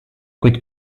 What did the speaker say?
kuid